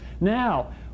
Now